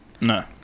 No